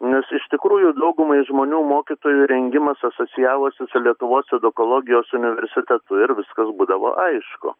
nes iš tikrųjų daugumai žmonių mokytojų rengimas asocijavosi su lietuvos edukologijos universitetu ir viskas būdavo aišku